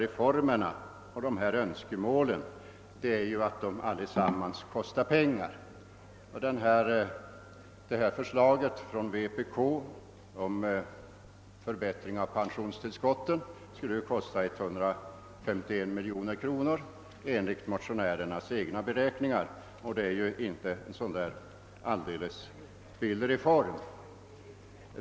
Det tråkiga med dessa önskemål om reformer är att de alla kostar pengar. Förslaget från vpk om förbättringar av pensionstillskotten skulle kosta 151 miljoner kronor enligt motionärernas egna beräkningar. Det är inte någon direkt billig reform.